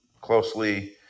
closely